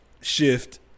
shift